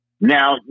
Now